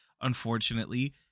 Unfortunately